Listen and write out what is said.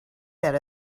that